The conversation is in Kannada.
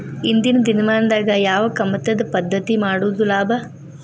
ಇಂದಿನ ದಿನಮಾನದಾಗ ಯಾವ ಕಮತದ ಪದ್ಧತಿ ಮಾಡುದ ಲಾಭ?